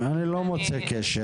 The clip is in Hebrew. אני לא מוצא קשר.